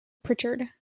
pritchard